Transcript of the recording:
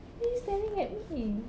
why he staring at me